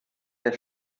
der